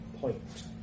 point